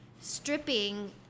stripping